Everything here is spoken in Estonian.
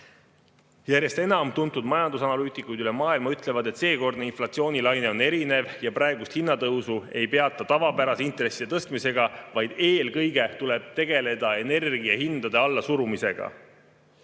Järjest enam tuntud majandusanalüütikuid üle maailma ütlevad, et seekordne inflatsioonilaine on erinev ja praegust hinnatõusu ei peata tavapärase intresside tõstmisega, vaid eelkõige tuleb tegeleda energiahindade allasurumisega.